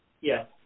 Yes